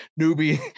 newbie